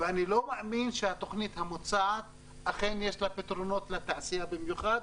אני לא מאמין שבתוכנית המוצעת יש אכן פתרונות לתעשייה במיוחד,